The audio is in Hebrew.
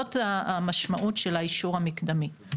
זאת המשמעות של האישור המקדמי.